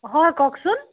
হয় কওকচোন